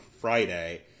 Friday